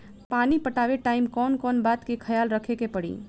पानी पटावे टाइम कौन कौन बात के ख्याल रखे के पड़ी?